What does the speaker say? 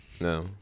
No